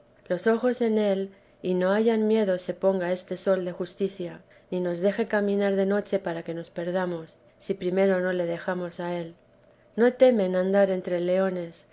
los ojos en él y no haya miedo se ponga este sol de justicia ni nos deje caminar de noche para que nos perdamos si primero no le dejamos a él no temen andar entre leones